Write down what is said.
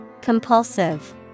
Compulsive